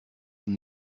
sind